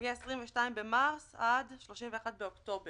מ-22 במרס ועד 31 במאי,